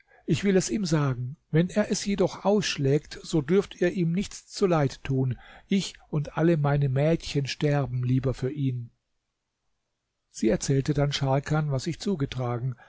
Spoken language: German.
ich will es ihm sagen wenn er es jedoch ausschlägt so dürft ihr ihm nichts zuleid tun ich und alle meine mädchen sterben lieber für ihn sie erzählte dann scharkan was sich zugetragen